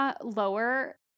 lower